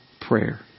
prayer